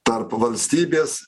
tarp valstybės